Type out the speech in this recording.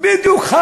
בדיוק,